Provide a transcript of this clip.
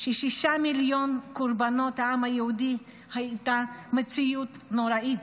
ששישה מיליון קורבנות העם היהודי היו מציאות נוראית,